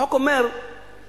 החוק אומר ליזמים: